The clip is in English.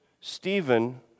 Stephen